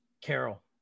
Carol